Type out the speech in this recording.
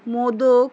modak